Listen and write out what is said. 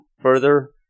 further